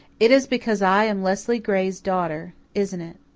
it is because i am leslie gray's daughter, isn't it?